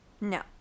No